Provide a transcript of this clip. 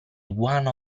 one